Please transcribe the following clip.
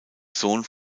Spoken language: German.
sohn